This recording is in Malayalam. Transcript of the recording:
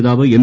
നേതാവ് എം